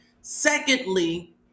Secondly